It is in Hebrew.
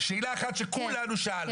שאלה אחת שכולנו שאלנו.